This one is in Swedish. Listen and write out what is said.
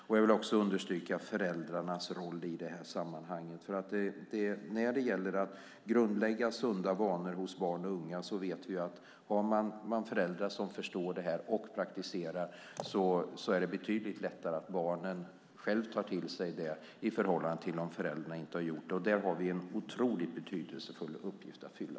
Jag vill också understryka föräldrarnas roll i sammanhanget. När det gäller att grundlägga sunda vanor hos barn och unga vet vi att om man har föräldrar som förstår detta och praktiserar det är det betydligt lättare att barnen själva tar till sig det i förhållande till om föräldrarna inte gör det. Där har vi en otroligt betydelsefull uppgift att fylla.